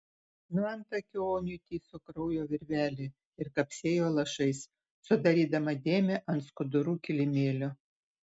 nuo antakio oniui tįso kraujo virvelė ir kapsėjo lašais sudarydama dėmę ant skudurų kilimėlio